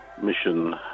mission